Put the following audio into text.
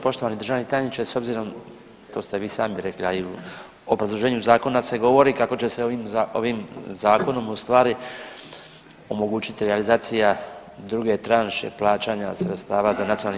Poštovani državni tajniče, s obzirom, to ste vi sami rekli, a i u obrazloženju zakona se govori kako će se ovim zakonom ustvari omogućiti realizacija druge tranše plaćanja sredstava za NPOO.